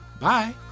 Bye